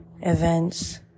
events